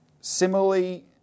similarly